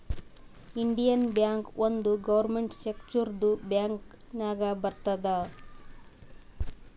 Indian bank ಒಂದ್ government ಸೆಕ್ಟರ್ದು bank ನಾಗ್ ಬರ್ತುದ್